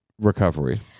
recovery